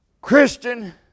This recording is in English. Christian